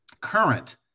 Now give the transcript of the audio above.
current